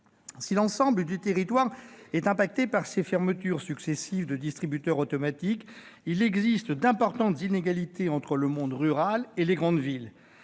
Si l'ensemble du territoire est impacté par ces fermetures successives de distributeurs automatiques, il existe d'importantes inégalités entre le monde rural et les grandes villes.